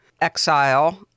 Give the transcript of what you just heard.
exile